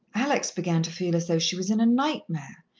alex began to feel as though she was in a nightmare,